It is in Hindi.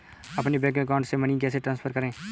अपने बैंक अकाउंट से मनी कैसे ट्रांसफर करें?